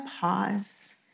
pause